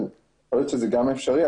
יכול להיות שזה גם אפשרי,